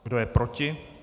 Kdo je proti?